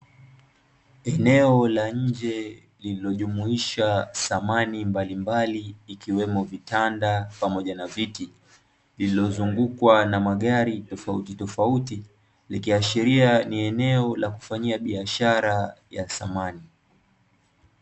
Eneo la nje lililojumuisha samani mbalimbali, ikiwemo vitanda pamoja na viti, lililozungukwa na magari tofautitofauti, likiashiria ni eneo la kufanyia biashara ya samani.